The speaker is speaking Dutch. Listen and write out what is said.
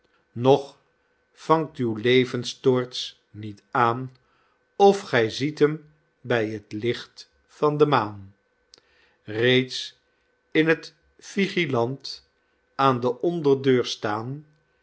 nog vangt uw levenstoorts niet aan of gy ziet hem by t licht van de maan reeds in t vigilant aan de onderdeur staan